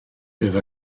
fydd